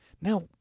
Now